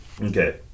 Okay